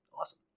Awesome